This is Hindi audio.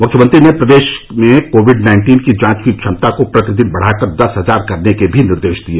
मुख्यमंत्री ने प्रदेश में कोविड नाइन्टीन की जांच की क्षमता को प्रतिदिन बढ़ाकर दस हजार करने के भी निर्देश दिए